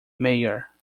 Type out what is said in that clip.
meyer